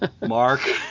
Mark